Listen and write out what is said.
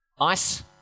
Ice